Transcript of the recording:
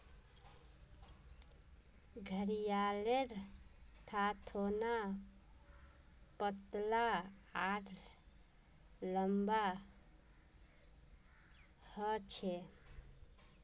घड़ियालेर थथोना पतला आर लंबा ह छे